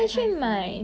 how does it work though